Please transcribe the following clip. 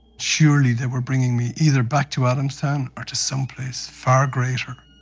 surely they were bringing me either back to adamstown or to some place far greater.